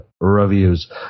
reviews